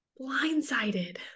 blindsided